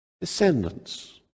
descendants